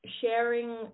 sharing